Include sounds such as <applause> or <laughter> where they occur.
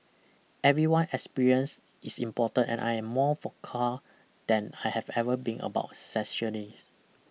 everyone experience is important and I am more vocal than I have ever been about <unintelligible>